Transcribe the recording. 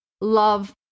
love